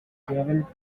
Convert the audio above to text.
devil